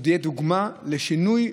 שזאת תהיה דוגמה לשינוי,